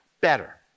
better